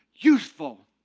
Useful